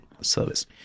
service